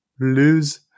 lose